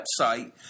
website